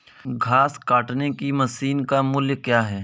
घास काटने की मशीन का मूल्य क्या है?